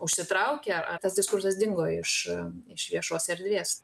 užsitraukė tas diskursas dingo iš iš viešos erdvės